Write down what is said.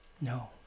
No